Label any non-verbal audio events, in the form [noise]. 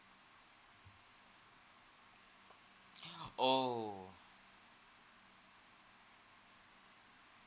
[breath] oh